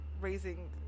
raising